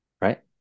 right